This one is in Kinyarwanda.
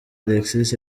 alexis